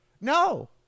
No